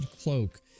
cloak